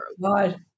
God